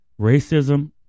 racism